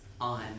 on